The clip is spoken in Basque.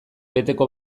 beteko